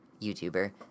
YouTuber